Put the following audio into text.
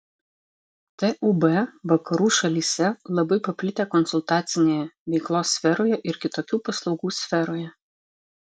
tūb vakarų šalyse labai paplitę konsultacinėje veiklos sferoje ir kitokių paslaugų sferoje